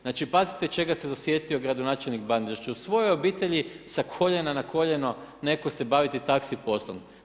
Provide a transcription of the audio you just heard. Znači pazite čega se dosjetio gradonačelnik Bandić, da će u svojoj obitelji sa koljena na koljeno neko se baviti taxi poslom.